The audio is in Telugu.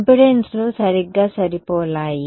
ఇంపెడెన్స్లు సరిగ్గా సరిపోలాయి